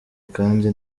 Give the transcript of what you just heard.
kandi